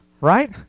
right